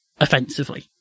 offensively